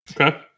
Okay